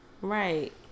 Right